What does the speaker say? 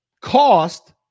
cost